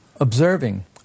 Observing